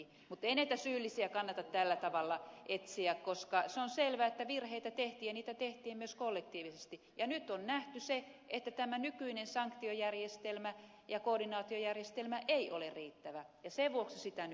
mutta ei näitä syyllisiä kannata tällä tavalla etsiä koska se on selvä että virheitä tehtiin ja niitä tehtiin myös kollektiivisesti ja nyt on nähty se että tämä nykyinen sanktiojärjestelmä ja koordinaatiojärjestelmä ei ole riittävä ja sen vuoksi sitä nyt uudistetaan